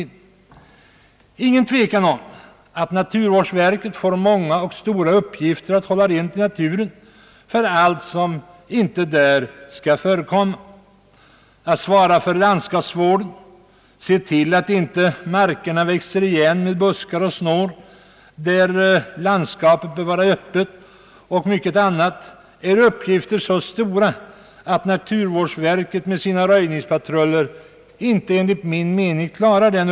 Det är ingen tvekan om att naturvårdsverket får många och stora uppgifter när det gäller att hålla rent i naturen, att svara för landskapsvården, att se till att markerna inte växer igen i buskar och snår där landskapet bör vara öppet och mycket annat. Detta är uppgifter så stora att naturvårdsverket med sina röjningspatruller enligt min mening inte klarar dem.